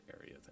area